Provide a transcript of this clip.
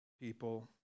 people